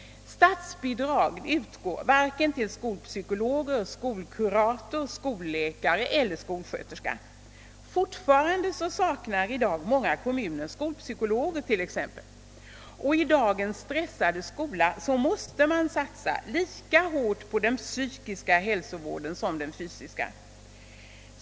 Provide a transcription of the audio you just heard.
Statsbidrag utgår varken till skolpsykolog, skolkurator, skolläkare eller skolsköterska. Fortfarande saknar i dag många kommuner skolpsykologer. I dagens stressade skola måste man satsa lika hårt på den psykiska hälsovården som på den fysiska.